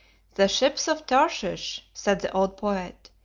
the ships of tarshish, said the old poet,